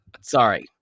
sorry